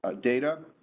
ah data,